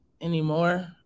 anymore